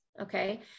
Okay